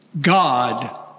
God